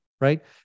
right